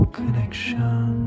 connection